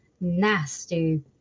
nasty